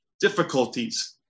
difficulties